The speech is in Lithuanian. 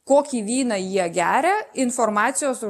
kokį vyną jie geria informacijos